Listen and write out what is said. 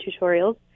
tutorials